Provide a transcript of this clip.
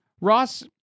Ross